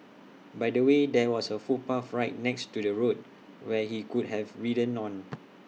by the way there was A footpath right next to the road where he could have ridden on